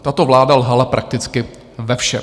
Tato vláda lhala prakticky ve všem.